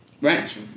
Right